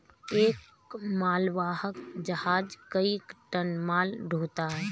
एक मालवाहक जहाज कई टन माल ढ़ोता है